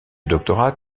doctorat